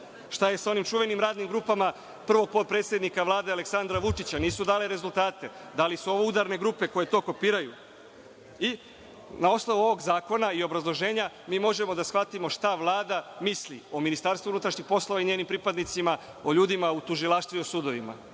Šta je sa onim čuvenim radnim grupama prvog potpredsednika Vlade Aleksandra Vučića? Nisu dale rezultate. Da li su ovo udarne grupe koje to kopiraju? Na osnovu ovog zakona i obrazloženja mi možemo da shvatimo šta Vlada misli o Ministarstvu unutrašnjih poslova i njenim pripadnicima, o ljudima u tužilaštvu i u sudovima